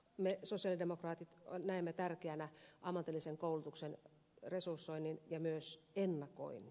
me sosialidemokraatit näemme tärkeänä ammatillisen koulutuksen resursoinnin ja myös ennakoinnin